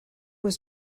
was